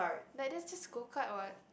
like that just go kart what